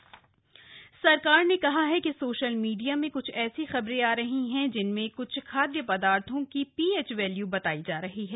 अफवाहों का खंडन सरकार ने कहा है कि सोशल मीडिया में क्छ ऐसी खबरें आ रही है जिनमें क्छ खादय पदार्थो की पीएच वैल्यू बतायी जा रही है